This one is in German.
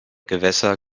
gewässer